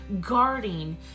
guarding